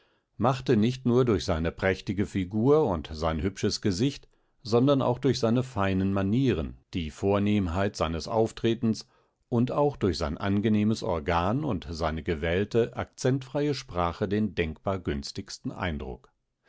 machte nicht nur durch seine prächtige figur und sein hübsches gesicht sondern auch durch seine feinen manieren die vornehmheit seines auftretens und auch durch sein angenehmes organ und seine gewählte akzentfreie sprache den denkbar günstigsten eindruck